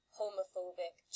homophobic